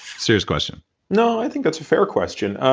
serious question no, i think that's a fair question.